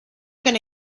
gonna